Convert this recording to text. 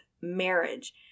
marriage